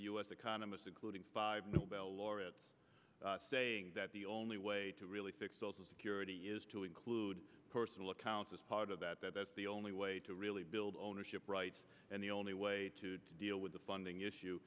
us economists including five nobel laureate saying that the only way to really fix social security is to include personal account as part of that that's the only way to really build ownership rights and the only way to deal with the funding issue